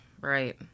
right